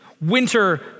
winter